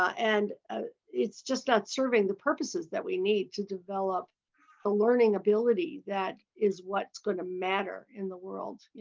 and it's just not serving the purposes that we need to develop a learning ability that is what's going to matter in the world?